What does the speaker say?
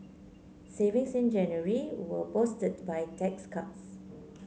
savings in January were boosted by tax cuts